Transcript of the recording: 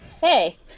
Hey